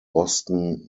boston